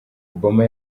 obama